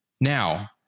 Now